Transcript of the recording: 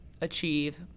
achieve